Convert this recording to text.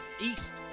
East